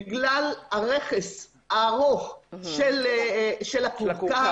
בגלל הרכס הארוך של הכורכר,